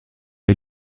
est